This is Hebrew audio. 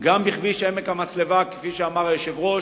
גם בכביש עמק המצלבה, כפי שאמר היושב-ראש.